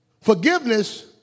forgiveness